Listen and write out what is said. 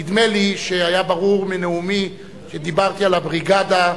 נדמה לי שהיה ברור מנאומי שדיברתי על הבריגדה,